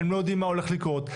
הם לא יודעים מה הולך לקרות.